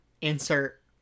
insert